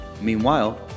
Meanwhile